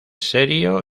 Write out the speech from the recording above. serio